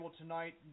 tonight